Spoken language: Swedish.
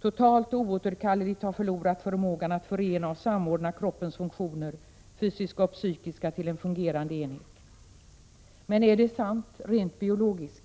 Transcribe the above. ”totalt och oåterkalleligt har förlorat förmågan att förena och samordna kroppens funktioner, fysiska och psykiska, till en fungerande enhet”. Är detta sant rent biologiskt?